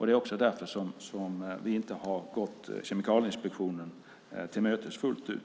Det är därför vi inte har gått Kemikalieinspektionen till mötes fullt ut.